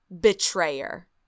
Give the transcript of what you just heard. Betrayer